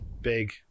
Big